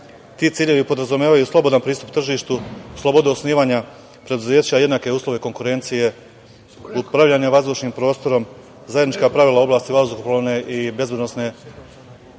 ciljevi podrazumevaju slobodan pristup tržištu, slobode osnivanja preduzeća, jednake uslove konkurencije, upravljanje vazdušnim prostorom, zajednička pravila u oblasti vazduhoplovne i bezbednosne,